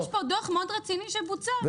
יש פה דוח מאוד רציני שהוצע.